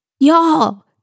Y'all